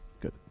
Good